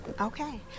okay